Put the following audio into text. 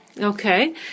Okay